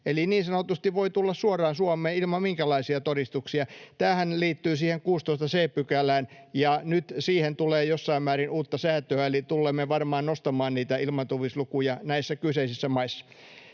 eli niin sanotusti voi tulla suoraan Suomeen ilman minkäänlaisia todistuksia. Tämähän liittyy siihen 16 c §:ään, ja nyt siihen tulee jossain määrin uutta säätöä, eli tulemme varmaan nostamaan niitä ilmaantuvuuslukuja näissä kyseisissä maissa.